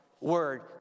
word